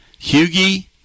Hugie